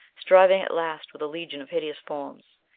striving at last with a legion of hideous forms.